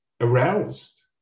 aroused